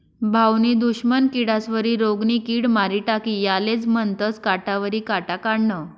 भाऊनी दुश्मन किडास्वरी रोगनी किड मारी टाकी यालेज म्हनतंस काटावरी काटा काढनं